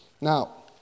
Now